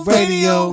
Radio